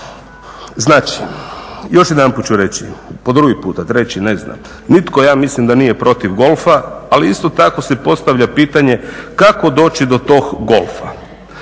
Znači, još jedanput ću reći po drugi puta, treći, ne znam. Nitko ja mislim da nije protiv golfa, ali isto tako se postavlja pitanje kako doći do tog golfa.